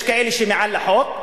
יש כאלה שהם מעל החוק,